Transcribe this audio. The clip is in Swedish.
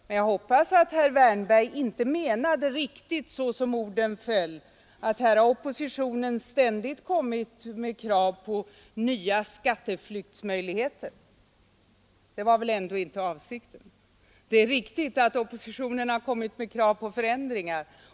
Men jag hoppas att herr Wärnberg inte menade riktigt så som orden föll, att här har oppositionen ständigt kommit med krav på nya skatteflyktsmöjligheter. Det var väl ändå inte avsikten. Det är riktigt att oppositionen har kommit med krav på förändringar.